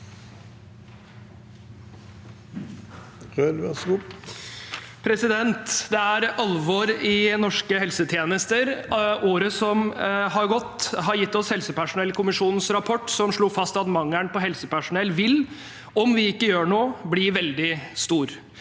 Det er alvor i norske helsetjenester. Året som har gått, har gitt oss helsepersonellkommisjonens rapport, som slo fast at mangelen på helsepersonell vil – om vi ikke gjør noe – bli veldig stor.